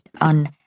on